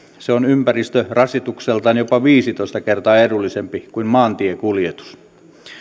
se on ympäristörasitukseltaan jopa viisitoista kertaa edullisempi kuin maantiekuljetus